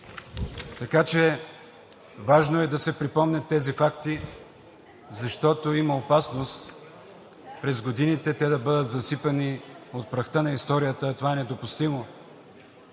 Така че е важно да се припомнят тези факти, защото има опасност през годините те да бъдат засипани от прахта на историята, а това е недопустимо.